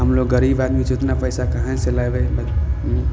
हमलोग गरीब आदमी छियै उतना पैसा कहाँ से लेबै